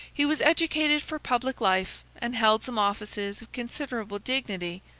he was educated for public life and held some offices of considerable dignity,